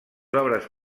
obres